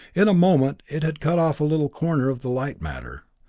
in a moment it had cut off a little corner of the light-matter,